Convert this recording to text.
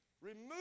Remove